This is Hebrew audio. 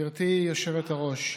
גברתי היושבת-ראש,